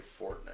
Fortnite